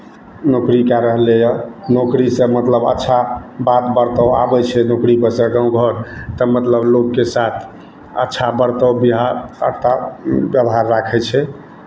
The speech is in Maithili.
नौकरी कए रहलैए नौकरीसँ मतलब अच्छा बात बर्ताव आबै छै नौकरीपर सँ गाँव घर तब मतलब लोकके साथ अच्छा बर्ताव बिहाव बर्ताव व्यवहार राखै छै